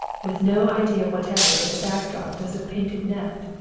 with no idea whatever that the back drop was of painted net,